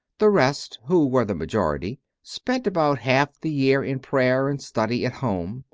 the rest, who were the majority, spent about half the year in prayer and study at home,